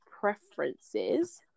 preferences